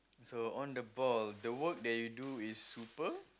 so on the ball the work that you do is people